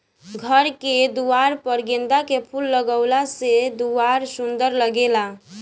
घर के दुआर पर गेंदा के फूल लगावे से दुआर सुंदर लागेला